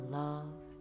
love